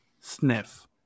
sniff